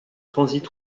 transit